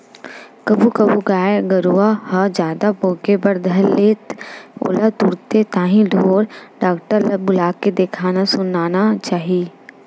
कभू कभू जब गाय गरु ह जादा पोके बर धर ले त ओला तुरते ताही ढोर डॉक्टर ल बुलाके देखाना सुनाना चाही